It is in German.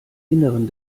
innern